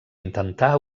intentà